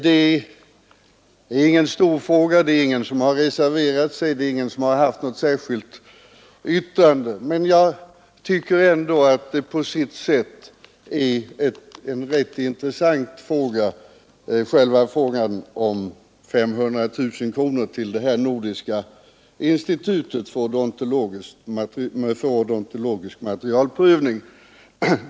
Det är ingen stor fråga — ingen har reserverat sig och ingen har avgivit något särskilt yttrande. Men det är ändå på sitt sätt en rätt intressant fråga. Det gäller frågan om ett anslag på 500 000 kronor till nordiskt institut för odontologisk materialprovning.